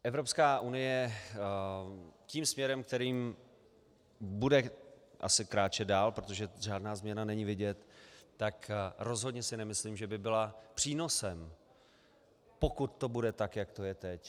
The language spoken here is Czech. Evropská unie tím směrem, kterým bude asi kráčet dále, protože žádná změna není vidět, tak rozhodně si nemyslím, že by byla přínosem, pokud to bude tak, jak to je teď.